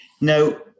Now